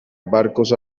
barcos